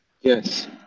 Yes